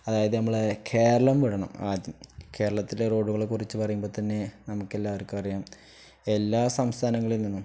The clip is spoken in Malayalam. അതായത് നമ്മളെ കേരളം വിടണം ആദ്യം കേരളത്തില റോഡുകളെ കുറിച്ച് പറയുമ്പോ തന്നെ നമുക്കെല്ലാർക്കും അറിയാം എല്ലാ സംസ്ഥാനങ്ങളിൽ നിന്നും